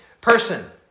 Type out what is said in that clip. Person